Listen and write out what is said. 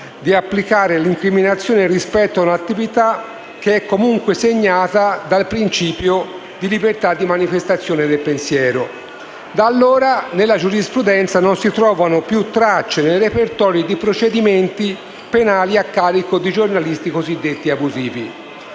di applicare l'incriminazione rispetto ad una attività che è comunque segnata dal principio di libertà di manifestazione del pensiero. Da allora nella giurisprudenza non si trovano più tracce, nei repertori, di procedimenti penali a carico di giornalisti cosiddetti abusivi.